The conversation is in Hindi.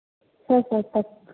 सौ सौ तक